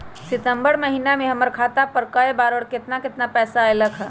सितम्बर महीना में हमर खाता पर कय बार बार और केतना केतना पैसा अयलक ह?